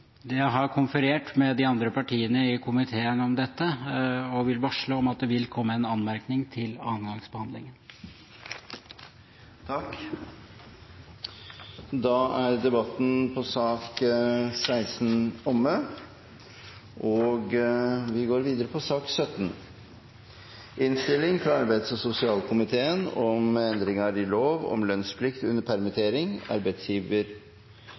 Jeg har konferert med de andre partiene i komiteen om dette og vil varsle om at det vil komme en anmerkning til annengangsbehandlingen. Flere har ikke bedt om ordet til sakene nr. 15 og 16. Etter ønske fra arbeids- og sosialkomiteen